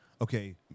Okay